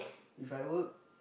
if I work